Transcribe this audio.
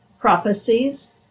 Prophecies